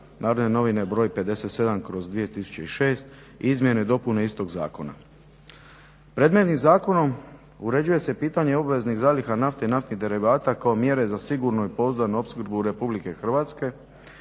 Narodne novine 57/2006, izmjene i dopune istog zakona. Predmetnim zakonom uređuje se pitanje obveznih zaliha nafte i naftnih derivata kao mjere za sigurnu i pouzdanu opskrbu Republike Hrvatske